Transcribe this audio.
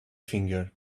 finger